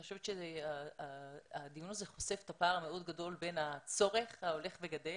אני חושבת שהדיון הזה חושף את הפער המאוד גדול בין הצורך ההולך וגדל,